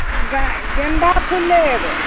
गे गेंदा फूल लेब